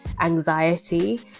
anxiety